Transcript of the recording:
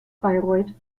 bayreuth